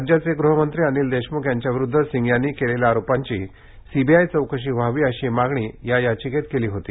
राज्याचे गृहमंत्री अनिल देशमुख यांच्याविरुद्ध सिंग यांनी केलेल्या आरोपांची सीबीआय चौकशी व्हावी अशी मागणी या याचिकेत केली होती